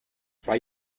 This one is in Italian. fra